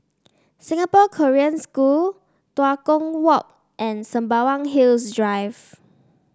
Singapore Korean School Tua Kong Walk and Sembawang Hills Drive